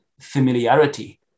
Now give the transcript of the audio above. familiarity